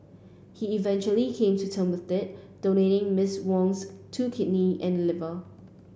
he eventually came to term with that donating Miss Wong's two kidney and liver